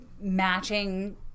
matching